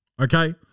Okay